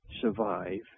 survive